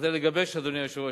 אדוני היושב-ראש,